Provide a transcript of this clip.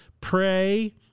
pray